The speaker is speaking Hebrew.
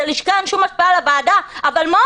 ללשכה אין שום השפעה על הוועדה.